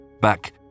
back